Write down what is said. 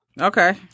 Okay